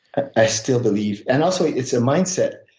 ah i still believe. and also, it's a mindset.